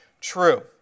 true